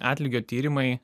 atlygio tyrimai